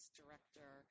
director